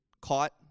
caught